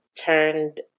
turned